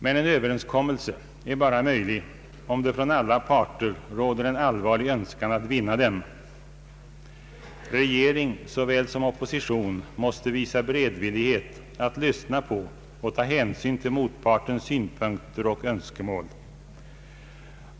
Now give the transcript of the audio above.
Men en Ööverenskommelse är bara möjlig om det hos alla parter råder en allvarlig önskan att vinna den. Regering såväl som opposition måste visa beredvillighet att lyssna på och ta hänsyn till motpartens synpunkter och önskemål.